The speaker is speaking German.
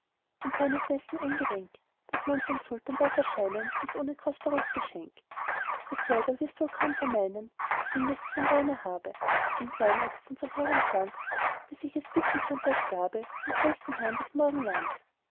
und sei noch dessen eingedenk daß man vorm sultan darf erscheinen nicht ohne kostbares geschenk du selber wirst wohl kaum vermeinen es finde sich in deiner habe ein kleinod von so hehrem glanz daß ich es bieten könnt als gabe dem größten herrn des morgenlands